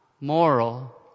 moral